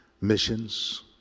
Missions